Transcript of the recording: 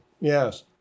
Yes